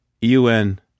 UN